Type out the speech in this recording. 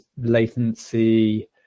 latency